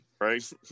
right